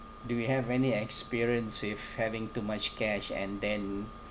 do you have any experience with having too much cash and then